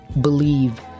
believe